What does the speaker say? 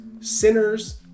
sinners